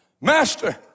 Master